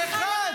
אחד.